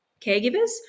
caregivers